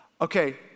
okay